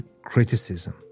criticism